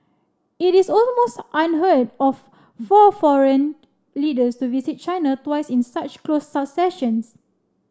it is almost unheard of for foreign leaders to visit China twice in such close succession